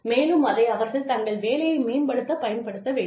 மேலும் அதை அவர்கள் தங்கள் வேலையை மேம்படுத்த பயன்படுத்த வேண்டும்